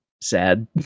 sad